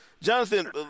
Jonathan